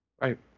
Right